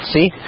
See